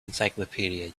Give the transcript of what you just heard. encyclopedia